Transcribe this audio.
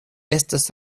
estos